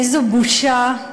איזו בושה,